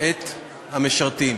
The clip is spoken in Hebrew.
את המשרתים,